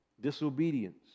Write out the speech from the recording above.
Disobedience